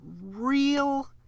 real